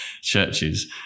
churches